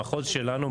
המחוז שלנו,